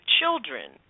children